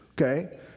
okay